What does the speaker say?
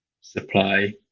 supply